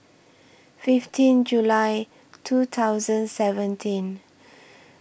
fifteen July two thousand seventeen